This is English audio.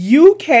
UK